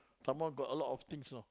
some more got a lot of things know